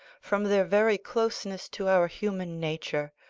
from their very closeness to our human nature,